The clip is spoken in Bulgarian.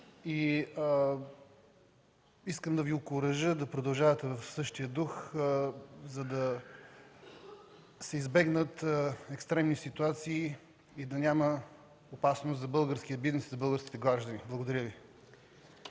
Искам да Ви окуража да продължавате в същия дух, за да се избегнат екстремни ситуации и да няма опасност за българския бизнес и българските граждани. Благодаря Ви.